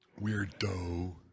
Weirdo